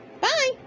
Bye